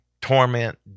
torment